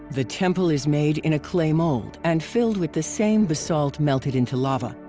the temple is made in a clay mold and filled with the same basalt melted into lava.